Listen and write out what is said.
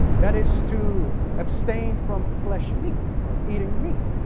that is to abstain from flesh meat or eating meat?